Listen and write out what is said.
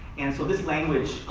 and so this language,